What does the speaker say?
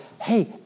hey